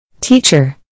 Teacher